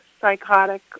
psychotic